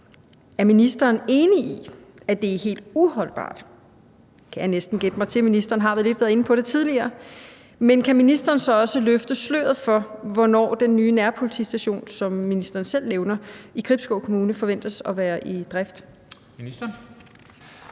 Er ministeren enig i, at det er helt uholdbart? Svaret kan jeg næsten gætte mig til, da ministeren har været lidt inde på det tidligere. Men kan ministeren så også løfte sløret for, hvornår den nye nærpolitistation, som ministeren selv nævner, i Gribskov Kommune forventes at være i drift? Kl.